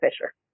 fisher